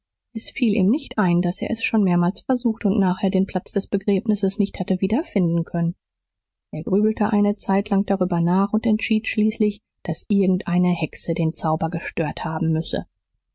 es fiel ihm nicht ein daß er es schon mehrmals versucht und nachher den platz des begräbnisses nicht hatte wiederfinden können er grübelte eine zeitlang darüber nach und entschied schließlich daß irgend eine hexe den zauber gestört haben müsse